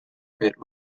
fit